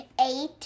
eight